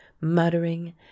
muttering